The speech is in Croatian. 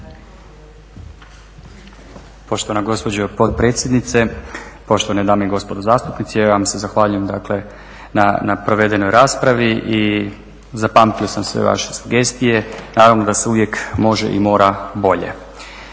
Poštovana gospođo potpredsjednice, poštovane dame i gospodo zastupnici evo ja vam se zahvaljujem dakle na provedenoj raspravi i zapamtio sam sve vaše sugestije. Naravno da se uvijek može i mora bolje.